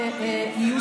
למה לטרטר את החולים?